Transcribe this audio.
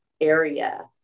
area